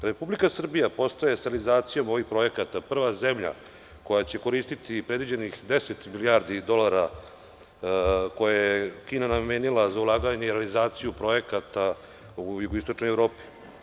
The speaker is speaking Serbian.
Republika Srbija postaje realizacijom ovih projekata prva zemlja koja će koristiti predviđenih 10 milijardi dolara koje je Kina namenila za ulaganje i realizaciju projekata u jugoistočnoj Evropi.